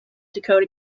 dakota